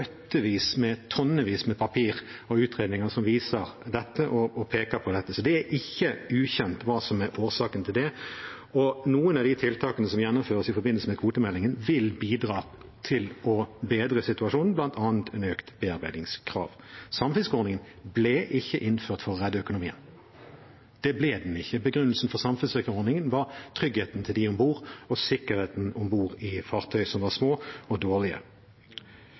utredninger som viser dette og peker på dette. Så det er ikke ukjent hva som er årsaken til det. Og noen av de tiltakene som gjennomføres i forbindelse med kvotemeldingen, vil bidra til å bedre situasjonen, bl.a. et økt bearbeidingskrav. Samfiskeordningen ble ikke innført for å redde økonomien. Det ble den ikke. Begrunnelsen for samfiskeordningen var tryggheten til dem om bord og sikkerheten om bord i fartøy som var små og dårlige.